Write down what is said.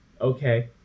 okay